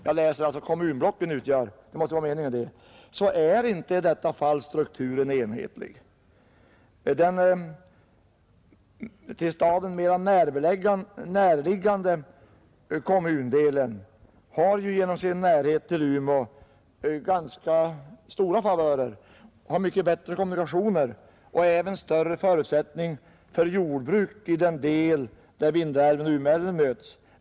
Jag läser det som ”kommunblocken utgör”, eftersom det väl måste vara meningen. Men strukturen är i det fall som jag här tagit upp inte enhetlig. Den staden mera närliggande kommundelen har ju genom sin närhet till Umeå ganska stora favörer, har mycket bättre kommunikationer och även större förutsättningar för jordbruk i det område där Vindelälven och Umeälven möts.